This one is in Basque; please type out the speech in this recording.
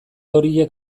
horiek